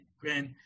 Grand